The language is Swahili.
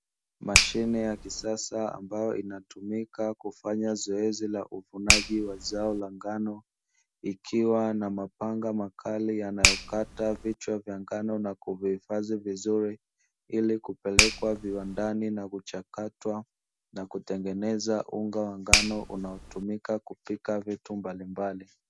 Mashine ya kisasa, ambayo inatumika kufanya zoezi la uvunaji wa zao la ngano, ikiwa na mapanga makali yanayokata vichwa vya ngano na kuvihifadhi vizuri, ili kupelekwa viwandani na kuchakatwa na kutengeneza unga wa ngano unaotumika kupika vitu mbalimbali.